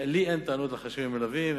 לי אין טענות לחשבים מלווים.